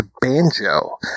Banjo